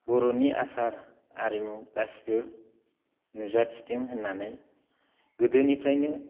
बर'नि आसार आरिमु गासिबो नुजाथिदों होननानै गोदोनिफ्रायनो